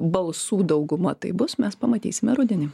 balsų dauguma tai bus mes pamatysime rudenį